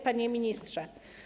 Panie Ministrze!